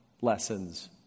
lessons